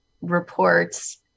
reports